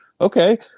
okay